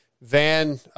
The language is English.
Van